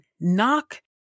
Knock